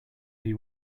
you